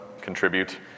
contribute